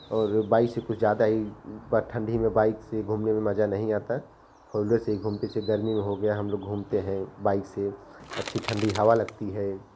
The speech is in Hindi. और बाय से कुछ ज़्यादा ही बट ठंडी में बाइक से घूमने में मज़ा नहीं आता फ़ोर वीलर से ही घूमते से गर्मी में हो गया हम लोग घूमते हैं बाइक से अच्छी ठंडी हवा लगती है